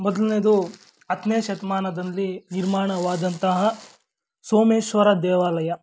ಮೊದಲ್ನೇದು ಹತ್ತನೇ ಶತಮಾನದಲ್ಲಿ ನಿರ್ಮಾಣವಾದಂತಹ ಸೋಮೇಶ್ವರ ದೇವಾಲಯ